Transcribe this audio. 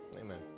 Amen